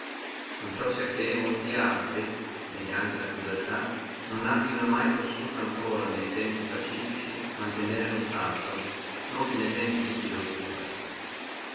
con ciò sia che molti altri mediante la crudeltà non abbino etiam ne tempi pacifici possuto mantenere lo stato non che ne tempi dubbiosi di guerra